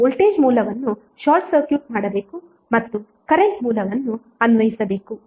ನೀವು ವೋಲ್ಟೇಜ್ ಮೂಲವನ್ನು short circuit ಮಾಡಬೇಕು ಮತ್ತು ಕರೆಂಟ್ ಮೂಲವನ್ನು ಅನ್ವಯಿಸಬೇಕು